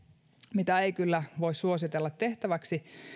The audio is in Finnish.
mitä ei kyllä voi suositella tehtäväksi